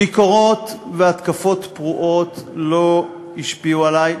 ביקורות והתקפות פרועות לא השפיעו עלי.